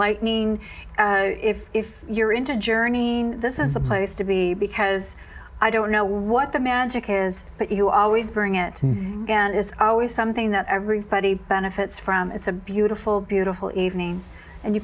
lightning if you're into journey this is the place to be because i don't know what the mantic is but you always bring it and it's always something that everybody benefits from it's a beautiful beautiful evening and you